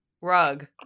rug